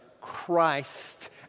Christ